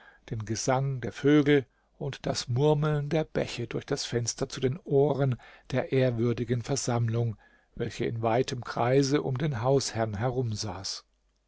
den gesang der vögel und das murmeln der bäche durch die fenster zu den ohren der ehrwürdigen versammlung welche in weitem kreise um den hausherrn herumsaß